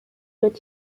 wird